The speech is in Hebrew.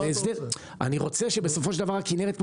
אני רוצה שבסופו של דבר הכנרת,